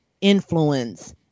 influence